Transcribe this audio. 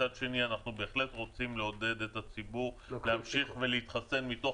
מצד שני אנחנו בהחלט רוצים לעודד את הציבור להמשיך ולהחסן מתוך